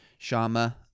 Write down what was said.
Sharma